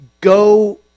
go